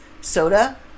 Soda